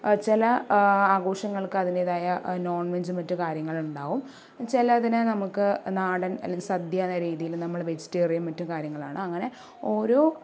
ചെല ആഘോഷങ്ങൾക്ക് അതിൻ്റെതായ നോൺവെജ്ജും മറ്റു കാര്യങ്ങളുണ്ടാവും ചിലതിനു നമുക്ക് നാടൻ അല്ലെങ്കിൽ സദ്യ എന്ന രീതിയിൽ നമ്മൾ വെജിറ്റേറിയൻ മറ്റു കാര്യങ്ങളാണ് അങ്ങനെ ഓരോ